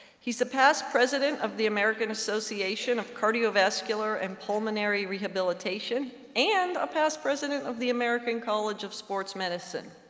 he's the past president of the american association of cardiovascular and pulmonary rehabilitation, and a past president of the american college of sports medicine.